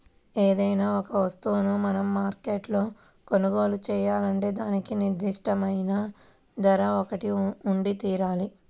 ఏదైనా ఒక వస్తువును మనం మార్కెట్లో కొనుగోలు చేయాలంటే దానికి నిర్దిష్టమైన ధర ఒకటి ఉండితీరాలి